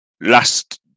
last